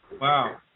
Wow